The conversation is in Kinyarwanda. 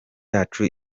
yacu